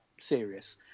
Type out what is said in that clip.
serious